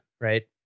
right